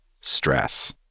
stress